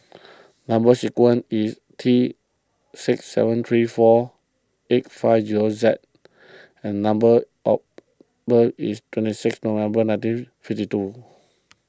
Number Sequence is T six seven three four eight five zero Z and number of birth is twenty six November nineteen fifty two